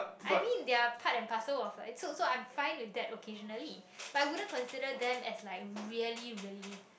I mean they are part and partial of life so so I'm fine with that occasionally but wouldn't consider them as like really really